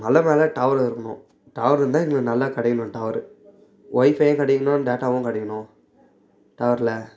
மலை மேலே டவரு இருக்கணும் டவரு இருந்தால் எங்களுக்கு நல்லா கிடைக்கணும் டவரு ஒய்ஃபையும் கிடைக்கணும் டேட்டாவும் கிடைக்கணும் டவர்ல